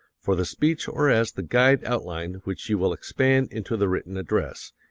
for the speech or as the guide-outline which you will expand into the written address,